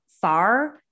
far